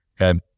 Okay